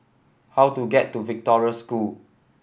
how do get to Victoria School